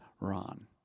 Ron